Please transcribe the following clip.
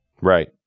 Right